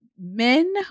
men